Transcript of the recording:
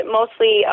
mostly